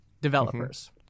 developers